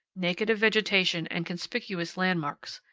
naked of vegetation, and conspicuous landmarks,